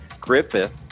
Griffith